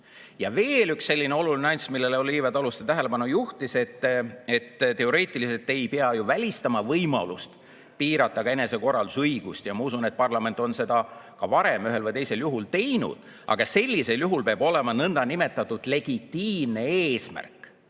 Ja veel üks oluline nüanss, millele Olivia Taluste tähelepanu juhtis: teoreetiliselt ei pea ju välistama võimalust piirata enesekorraldusõigust. Ma usun, et parlament on seda varem ühel või teisel juhul teinud. Aga sellisel juhul peab olema nõndanimetatud legitiimne eesmärk,